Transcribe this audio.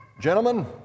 Gentlemen